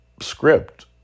script